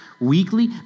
weekly